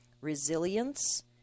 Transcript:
Resilience